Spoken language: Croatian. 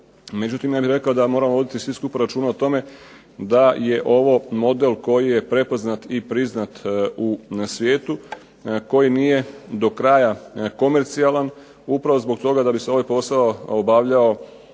Međutim, ja bih rekao da moramo voditi svi skupa računa o tome da je ovo model koji je prepoznat i priznat u svijetu koji nije dokraja komercijalan upravo zbog toga da bi se ovaj posao obavljao